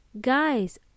guys